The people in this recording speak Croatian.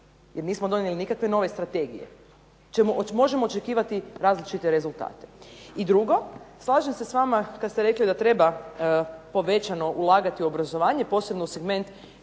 jer nismo donijeli nikakve nove strategije, možemo očekivati različite rezultate. I drugo, slažem se s vama kad ste rekli da treba povećano ulagati u obrazovanje, posebno u segment